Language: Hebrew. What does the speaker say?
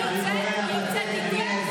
אם אני יוצאת, היא יוצאת איתי.